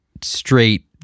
straight